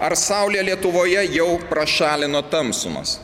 ar saulė lietuvoje jau prašalino tamsumas